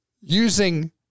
Using